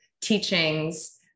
teachings